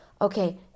okay